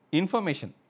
information